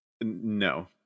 No